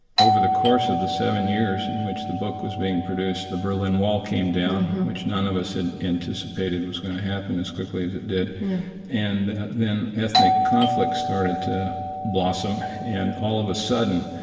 over the course of the seven years in which the book was being produced, the berlin wall came down, which none of us had anticipated was going to happen as quickly as it did yeah and then ethnic conflicts started to blossom, and all of a sudden,